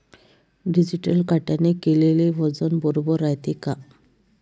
Digital काट्याने केलेल वजन बरोबर रायते का?